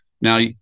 Now